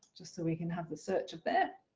just so we can have the search of there.